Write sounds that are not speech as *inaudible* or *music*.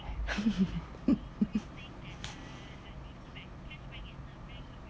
*laughs*